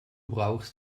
brauchst